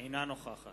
אינה נוכחת